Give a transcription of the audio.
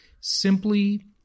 simply